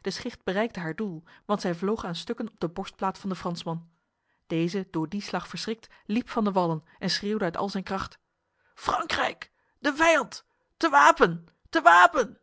de schicht bereikte haar doel want zij vloog aan stukken op de borstplaat van de fransman deze door die slag verschrikt liep van de wallen en schreeuwde uit al zijn kracht frankrijk de vijand te wapen te wapen